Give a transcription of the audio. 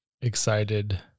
excited